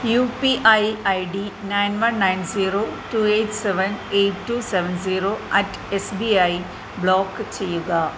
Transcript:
U P I I D nine one nine zero two eight seven eight two seven zero at S B I block ചെയ്യുക